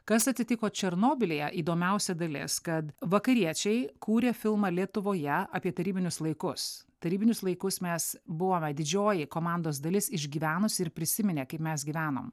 kas atsitiko černobylyje įdomiausia dalis kad vakariečiai kūrė filmą lietuvoje apie tarybinius laikus tarybinius laikus mes buvome didžioji komandos dalis išgyvenusi ir prisiminė kaip mes gyvenom